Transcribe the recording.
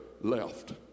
left